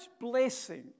blessing